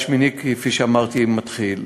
והשמיני, כפי שאמרתי, מתחיל.